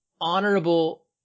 honorable